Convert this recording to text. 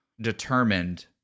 determined